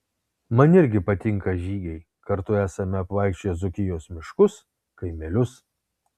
man irgi patinka žygiai kartu esame apvaikščioję dzūkijos miškus kaimelius